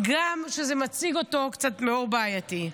גם כשזה מציג אותו קצת באור בעייתי.